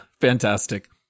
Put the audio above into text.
fantastic